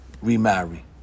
remarry